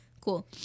Cool